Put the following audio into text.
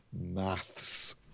Maths